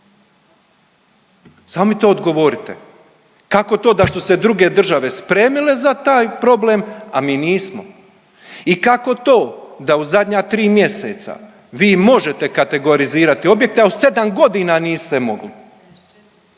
Samo mi to odgovorite. Kako to da su se druge države spremile za taj problem, a mi nismo? I kako to da u zadnja 3 mjeseca vi možete kategorizirati objekte, a u 7 godina niste mogli?